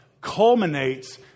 culminates